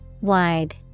Wide